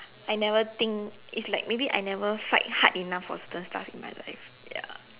I never think it's like maybe I never fight hard enough for certain stuff in my life ya